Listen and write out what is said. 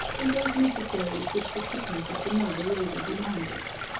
and those necessaries which the sickness of the noble lady demanded.